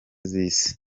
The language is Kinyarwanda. z’isi